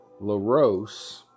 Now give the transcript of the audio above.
LaRose